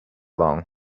long